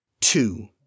Two